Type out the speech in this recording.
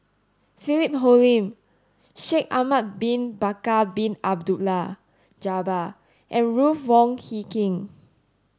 Philip Hoalim Shaikh Ahmad bin Bakar Bin Abdullah Jabbar and Ruth Wong Hie King